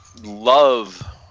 love